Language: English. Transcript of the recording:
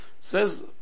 Says